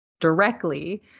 Directly